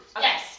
Yes